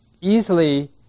easily